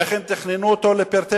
איך הם תכננו אותו לפרטי-פרטים.